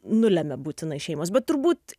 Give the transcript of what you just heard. nulemia būtinai šeimos bet turbūt